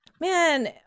man